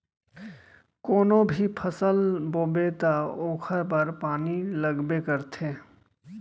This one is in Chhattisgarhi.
कोनो भी फसल बोबे त ओखर बर पानी लगबे करथे